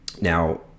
now